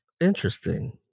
Interesting